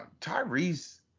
Tyrese